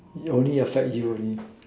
it will only affect you only